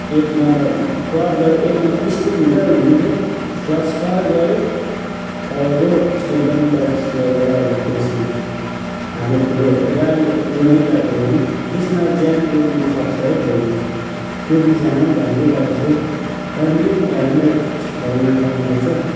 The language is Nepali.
एक नम्बर क्लज गऱ्यो एक नम्बर स्पिड हुन्च हुनु चाहिँ क्लज टक्कै गऱ्यो तपाईँको एकदम बाइक स्लो भइहाल्छ त्यसमा हाम्रो ठुलो गाडीहरू जुनै गाडीहरू पनि त्यसमा ज्यान जोगिनु सक्छ है फेरि त्यो विषयमा पनि भनिदिइरहेछु तर मेन हेल्मेट हेल्मेट लाउनु पर्छ